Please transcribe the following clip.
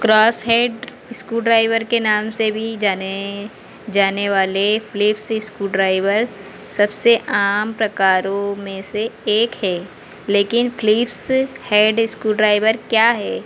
cross head screw driver के नाम से भी जाने जाने वाले फिलिप्स स्क्रू ड्राइवर सबसे आम प्रकारों में से एक है लेकिन फिलिप्स हेड स्क्रू ड्राइवर क्या है